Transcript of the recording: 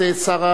19 בעד,